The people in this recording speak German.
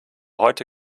heute